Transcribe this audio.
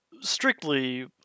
strictly